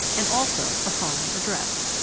and also a foreign address.